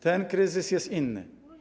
Ten kryzys jest inny.